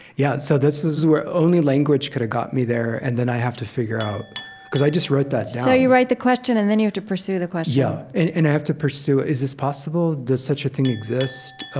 yeah, so this is where only language could have gotten me there, and then i have to figure out because i just wrote that down so you write the question, and then you have to pursue the question yeah. and and i have to pursue, is this possible? does such a thing exist?